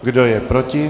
Kdo je proti?